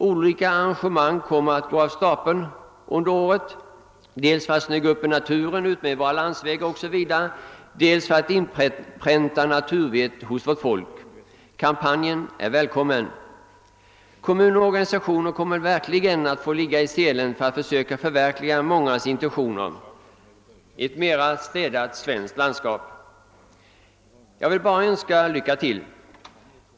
Olika arrangemang kommer att gå av stapeln under året, dels för att snygga upp i naturen bl.a. utmed våra landsvägar, dels för att inpränta naturvett hos vårt folk. Kampanjen är välkommen. Kommuner och organisationer får verkligen ligga i selen för att förverkliga mångas intentioner — ett mer städat svenskt landskap. Jag vill bara önska lycka till.